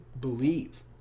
believe